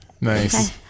Nice